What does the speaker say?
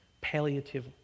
palliative